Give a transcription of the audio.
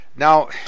Now